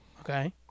Okay